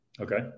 Okay